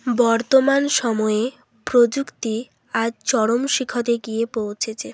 বর্তমান সময়ে প্রযুক্তি আজ চরম শিখরে গিয়ে পৌঁছেছে